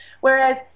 whereas